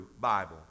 Bible